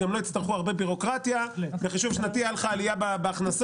גם לא יצטרכו הרבה בירוקרטיה: בחישוב שנתי הייתה לך עלייה בהכנסות,